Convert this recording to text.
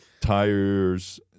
Tires